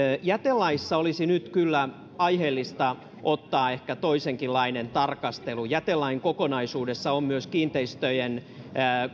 jätelaissa olisi nyt kyllä aiheellista ottaa ehkä toisenkinlainen tarkastelu jätelain kokonaisuudessa on myös kiinteistöjen